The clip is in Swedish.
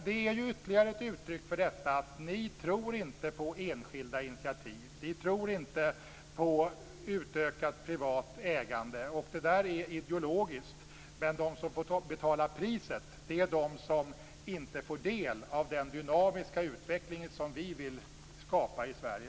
Det är ytterligare ett uttryck för detta att ni inte tror på enskilda initiativ, inte tror på utökat privat ägande. Det där är ideologiskt. Men de som får betala priset är de som inte får del av den dynamiska utveckling som vi vill skapa i Sverige.